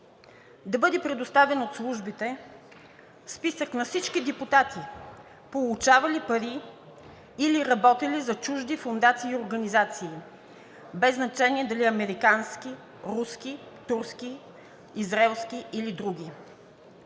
Да бъде предоставен от службите списък на всички депутати, получавали пари или работили за чужди фондации и организации, без значение дали американски, руски, турски, израелски или други.